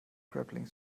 grappling